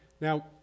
Now